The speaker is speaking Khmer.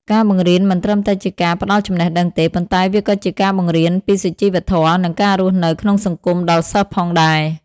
ការបង្រៀនមិនត្រឹមតែជាការផ្ដល់ចំណេះដឹងទេ ប៉ុន្តែវាក៏ជាការបង្រៀនពីសុជីវធម៌ និងការរស់នៅក្នុងសង្គមដល់សិស្សផងដែរ។